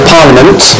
Parliament